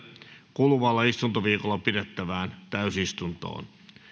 kuluvalla istuntoviikolla pidettävään täysistuntoon